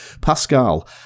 Pascal